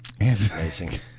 Amazing